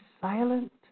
silent